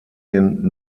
den